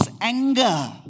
anger